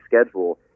schedule